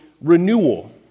renewal